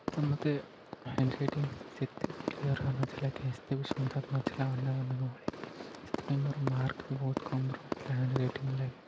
ତ ମୋତେ ହାଣ୍ଡରାଇଟିଙ୍ଗ ସେତେ କ୍ଲିଅର ହଉନଥିଲା କି ଏତେ ବି ସୁନ୍ଦର ନଥିଲା ଅନ୍ୟମାନଙ୍କ ଭଳି ସେଥିପାଇଁ ମୋର ମାର୍କ ବି ବହୁତ କମ୍ ରହୁଥିଲା ହାଣ୍ଡରାଇଟିଙ୍ଗ ଲାଗି